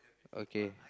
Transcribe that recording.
okay